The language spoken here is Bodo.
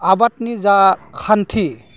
आबादनि जा खान्थि